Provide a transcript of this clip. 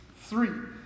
Three